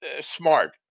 Smart